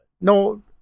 no